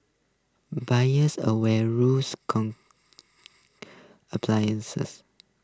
buyers away rules come applies